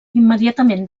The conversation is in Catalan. immediatament